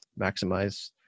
maximize